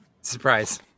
Surprise